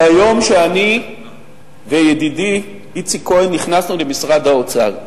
ביום שאני וידידי איציק כהן נכנסנו למשרד האוצר,